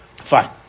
fine